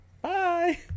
Bye